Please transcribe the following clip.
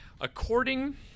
According